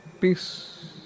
peace